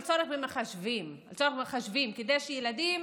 על צורך במחשבים כדי שילדים